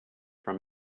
from